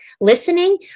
listening